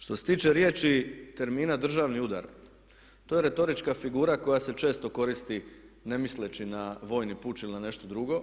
Što se tiče riječi i termina državni udar to je retorička figura koja se često koristi ne misleći na vojni puč ili na nešto drugo.